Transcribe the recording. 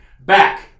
back